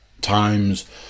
times